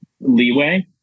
leeway